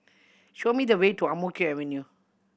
show me the way to Ang Mo Kio Avenue